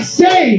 say